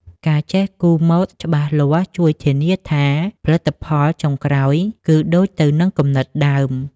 ការចេះគូរម៉ូដច្បាស់លាស់ជួយធានាថាផលិតផលចុងក្រោយគឺដូចទៅនឹងគំនិតដើម។